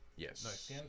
Yes